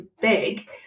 big